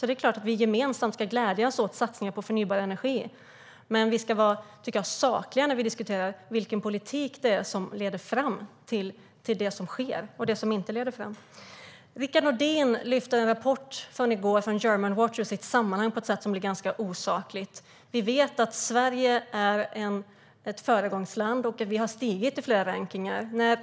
Det är klart att vi gemensamt ska glädjas åt satsningar på förnybar energi, men jag tycker att vi ska vara sakliga när vi diskuterar vilken politik det är som leder fram till det som sker och vilken som inte leder fram till något. Rickard Nordin lyfte en rapport från igår från Germanwatch ur sitt sammanhang på ett sätt som blir ganska osakligt. Vi vet att Sverige är ett föregångsland och att vi har stigit i flera rankningar.